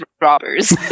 robbers